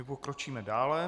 Pokročíme dále.